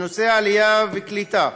בנושאי עלייה וקליטה,